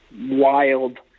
wild